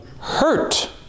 hurt